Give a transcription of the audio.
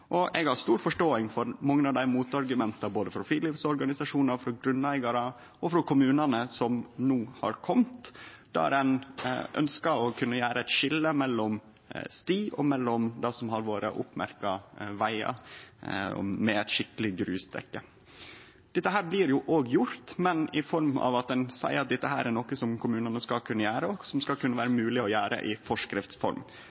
Eg har stor forståing for mange av motargumenta som no er komne både frå friluftsorganisasjonar, frå grunneigarar og frå kommunane, der ein ønskjer å kunne gjere eit skilje mellom sti og det som har vore merkte vegar med eit skikkeleg grusdekke. Dette blir òg gjort, men i form av at ein seier at dette er noko som kommunane skal kunne gjere, og som skal kunne vere